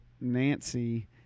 Nancy